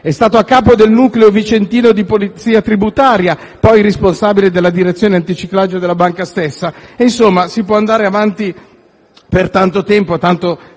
è stato a capo del nucleo vicentino di polizia tributaria e poi responsabile della direzione antiriciclaggio della banca stessa. Insomma, si potrebbe andare avanti per tanto tempo, al punto